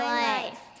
life